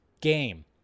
game